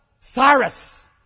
Cyrus